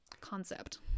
concept